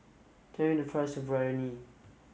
tell me the price of Biryani